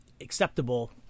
acceptable